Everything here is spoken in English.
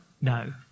No